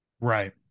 Right